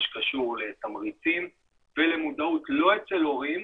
שקשור לתמריצים ולמודעות לא אצל הורים,